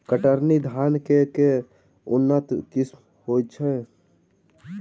कतरनी धान केँ के उन्नत किसिम होइ छैय?